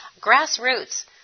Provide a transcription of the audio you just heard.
Grassroots